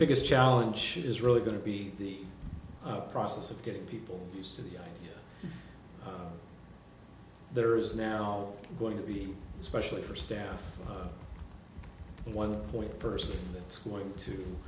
biggest challenge is really going to be the process of getting people used to the there is now going to be especially for staff one point person that's going to